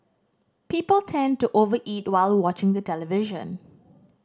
people tend to over eat while watching the television